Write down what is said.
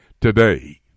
today